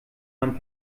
man